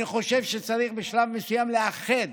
אני חושב שצריך בשלב מסוים לאחד